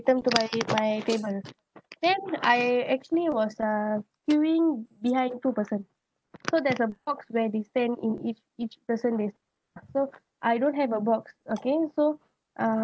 item to my my table then I actually was uh queuing behind two person so there's a box where they stand in each each person they s~ so I don't have a box okay so uh